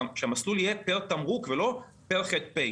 שהמסלול יהיה פר תמרוק ולא פר ח.פ.